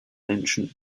ancient